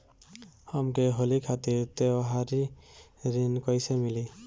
हमके होली खातिर त्योहारी ऋण कइसे मीली?